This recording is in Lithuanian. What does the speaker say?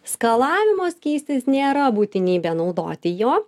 skalavimo skystis nėra būtinybė naudoti jo